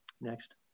Next